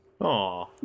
Aw